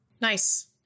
Nice